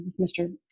Mr